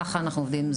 ככה אנחנו עובדים.